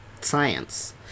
science